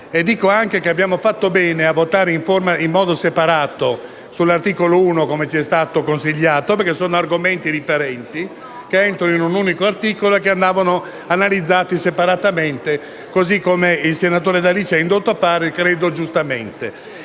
aggiungo che abbiamo fatto bene a votare in modo separato sull'articolo 1, come ci è stato consigliato, perché si tratta di argomenti differenti, contenuti in un unico articolo, che dovevano essere analizzati separatamente, così come il senatore D'Alì ci ha indotto a fare, credo, giustamente.